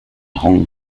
hong